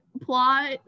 plot